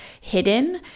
hidden